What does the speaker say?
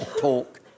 talk